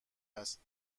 است